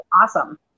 awesome